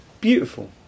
beautiful